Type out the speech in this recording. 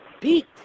beat